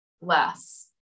less